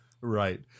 Right